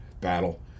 battle